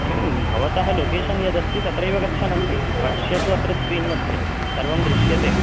किं भवतः लोकेशन् यदस्ति तत्रैव गच्छन् अस्मि पश्यतु अत्र स्क्रीन् मध्ये सर्वं दृश्यते